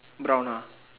brown ah